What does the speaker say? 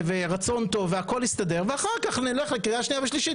רצון טוב והכל יסתדר ואחר כך נלך לקריאה שנייה ושלישית